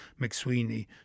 McSweeney